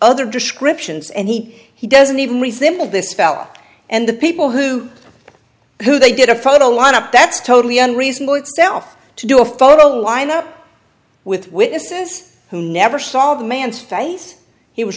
other descriptions and he he doesn't even resemble this fellow and the people who who they did a photo lineup that's totally unreasonable itself to do a photo lineup with witnesses who never saw the man's face he was